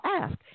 ask